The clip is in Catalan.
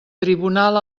tribunal